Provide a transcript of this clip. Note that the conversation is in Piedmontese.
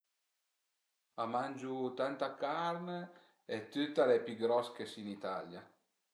A mangiu tanta carn e tüt al e pi gros che si ën Italia